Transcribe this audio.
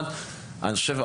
אבל אני חושב,